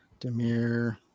Demir